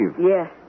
Yes